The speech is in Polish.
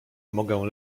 mogę